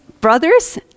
brothers